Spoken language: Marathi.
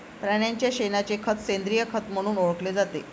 प्राण्यांच्या शेणाचे खत सेंद्रिय खत म्हणून ओळखले जाते